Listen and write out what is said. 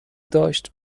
داشت